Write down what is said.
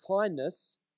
kindness